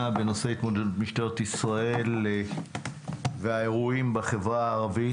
בנושא התמודדות משטרת ישראל והאירועים בחברה הערבית.